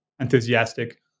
enthusiastic